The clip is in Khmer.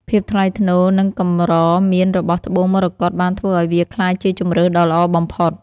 ភាពថ្លៃថ្នូរ និងកម្រមានរបស់ត្បូងមរកតបានធ្វើឱ្យវាក្លាយជាជម្រើសដ៏ល្អបំផុត។